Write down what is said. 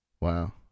Wow